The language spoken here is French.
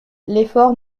l’effort